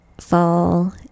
Fall